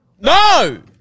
No